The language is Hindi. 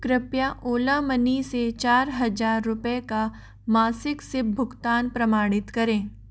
कृप्या ओला मनी से चार हज़ार रुपये का मासिक सिप भुगतान प्रमाणित करें